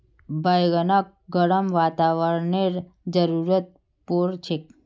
बैगनक गर्म वातावरनेर जरुरत पोर छेक